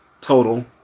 Total